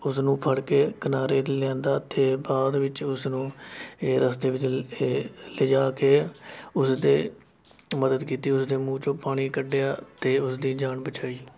ਉਸਨੂੰ ਫੜ ਕੇ ਕਿਨਾਰੇ ਲਿਆਂਦਾ ਅਤੇ ਬਾਅਦ ਵਿੱਚ ਉਸਨੂੰ ਇਹ ਰਸਤੇ ਵਿੱਚ ਏ ਲਿਜਾ ਕੇ ਉਸ ਦੇ ਮਦਦ ਕੀਤੀ ਉਸ ਦੇ ਮੂੰਹ 'ਚੋਂ ਪਾਣੀ ਕੱਢਿਆ ਅਤੇ ਉਸਦੀ ਜਾਨ ਬਚਾਈ